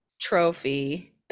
trophy